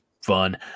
fun